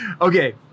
Okay